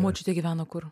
močiutė gyveno kur